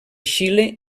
xile